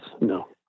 No